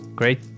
great